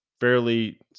fairly